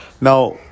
Now